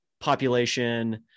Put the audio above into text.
population